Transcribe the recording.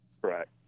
Correct